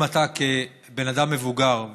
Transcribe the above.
אם כאדם מבוגר,